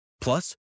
Plus